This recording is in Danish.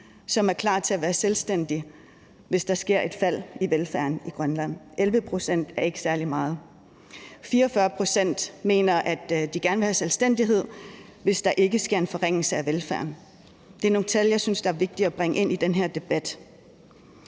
som er klar til at være selvstændige, hvis der sker et fald i velfærden i Grønland; 11 pct. er ikke særlig meget. 44 pct. mener, at de gerne vil have selvstændighed, hvis der ikke sker en forringelse af velfærden. Det er nogle tal, jeg synes det er vigtigt at bringe ind i den her debat.